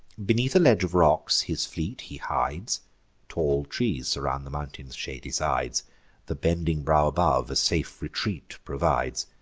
beneath a ledge of rocks his fleet he hides tall trees surround the mountain's shady sides the bending brow above a safe retreat provides.